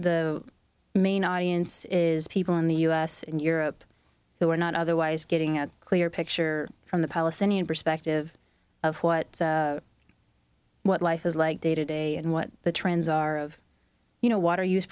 the main audience is people in the us in europe who are not otherwise getting a clear picture from the palestinian perspective of what life is like day to day and what the trends are of you know water use